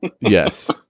Yes